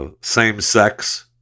same-sex